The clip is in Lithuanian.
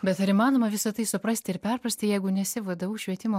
bet ar įmanoma visa tai suprasti ir perprasti jeigu nesi vdu švietimo